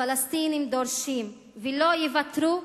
הפלסטינים דורשים, ולא יוותרו,